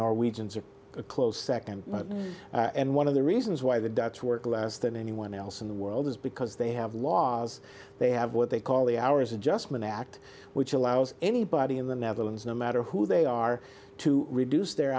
norwegians are a close second and one of the reasons why the dutch work less than anyone else in the world is because they have laws they have what they call the hours adjustment act which allows anybody in the netherlands no matter who they are to reduce their